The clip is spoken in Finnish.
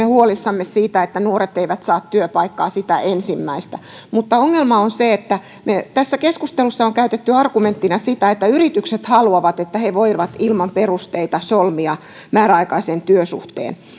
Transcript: huolissamme siitä että nuoret eivät saa työpaikkaa sitä ensimmäistä mutta ongelma on se että tässä keskustelussa on käytetty argumenttina sitä että yritykset haluavat että he voivat ilman perusteita solmia määräaikaisen työsuhteen